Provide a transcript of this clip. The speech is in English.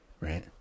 right